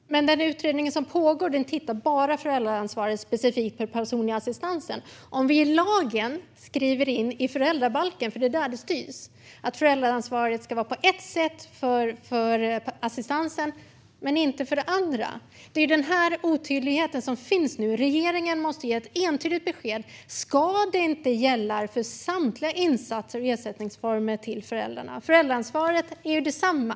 Fru talman! Den pågående utredningen tittar specifikt bara på föräldraansvaret för den personliga assistansen. Vi bör skriva in i lagen, i föräldrabalken, att föräldraansvaret ska vara på ett sätt för assistansen men inte för det övriga. Den otydligheten råder nu. Regeringen måste ge ett entydigt besked om att ansvaret ska gälla för samtliga insatser och ersättningsformer till föräldrarna. Föräldraansvaret är detsamma.